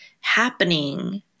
happening